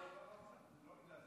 לא,